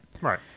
Right